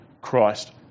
Christ